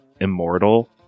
immortal